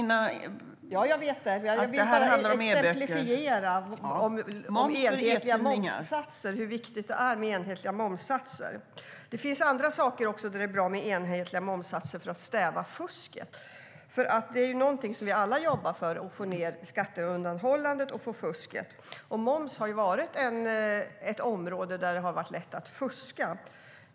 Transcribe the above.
Jag vill bara exemplifiera hur viktigt det är med enhetliga momssatser. Det finns andra områden där det också är bra med enhetliga momssatser för att stävja fusket. Att få ned skatteundanhållandet och få bort fusket är någonting som vi alla jobbar för. Moms har ju varit ett område där det har varit lätt att fuska.